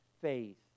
faith